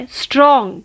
strong